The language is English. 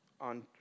on